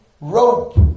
rope